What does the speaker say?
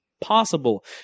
possible